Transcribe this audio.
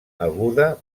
aguda